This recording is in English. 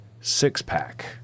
six-pack